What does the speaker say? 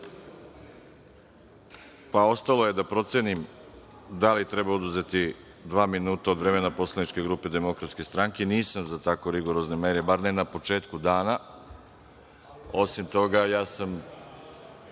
je da procenim da li treba oduzeti dva minuta od vremena poslaničke grupe Demokratske stranke. Nisam za tako rigorozne mere, bar ne na početku dana. Osim toga, ja sam